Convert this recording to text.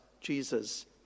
Jesus